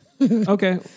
Okay